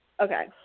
Okay